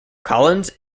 collins